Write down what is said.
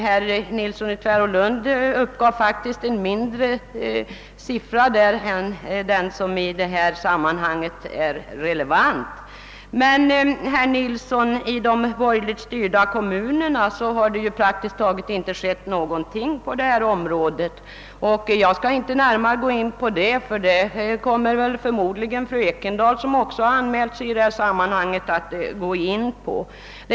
Herr Nilsson uppgav faktiskt en lägre siffra än den som är relevant i sammanhanget. Men, herr Nilsson, i de borgerligt styrda kommunerna har det praktiskt taget inte skett någonting på detta område. Jag skall inte närmare gå in på detaljer i det avseendet, ty det kommer förmodligen fru Ekendahl att göra.